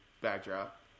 backdrop